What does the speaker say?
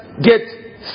get